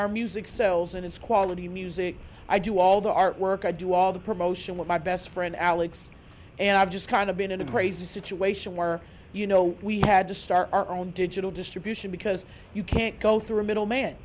our music sells and it's quality music i do all the art work i do all the promotion with my best friend alex and i've just kind of been in a crazy situation where you know we had to start our own digital distribution because you can't go through a middleman